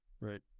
Right